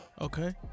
okay